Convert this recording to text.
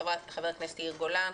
חבר הכנסת יאיר גולן,